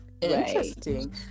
Interesting